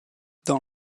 dans